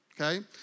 Okay